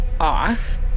off